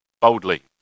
boldly